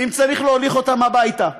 אם צריך להוליך אותם הביתה.